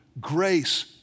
grace